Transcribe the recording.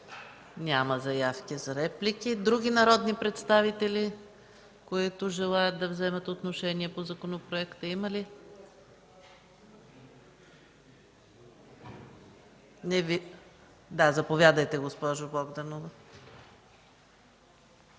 Има ли реплики? Няма. Други народни представители, които желаят да вземат отношение по законопроекта, има ли? Заповядайте, госпожо Богданова.